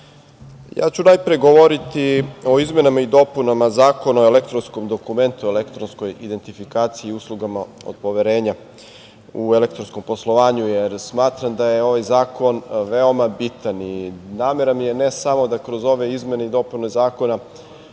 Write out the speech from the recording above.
ja ću najpre govoriti o izmenama i dopunama Zakona o elektronskom dokumentu, elektronskom identifikaciji i uslugama od poverenja u elektronskom poslovanju, jer smatram da je ovaj zakon veoma bitan. Namera mi je, ne samo da kroz ove izmene i dopune zakona